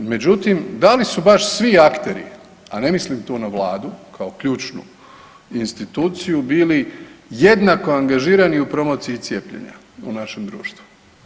Međutim, da li su baš svi akteri a ne mislim tu na Vladu kao ključnu instituciju bili jednako angažirani u promociji cijepljenja u našem društvu.